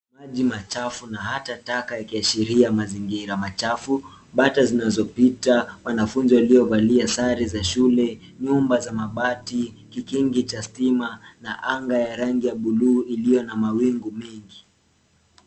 Maji machafu na hata taka yakiashiria mazingira machafu. Bata zinazopita. wanafunzi waliovalia sare za shule, nyumba za mabati, kikingi cha stima, na anga ya rangi ya buluu iliyo na mawingu mengi.